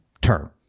term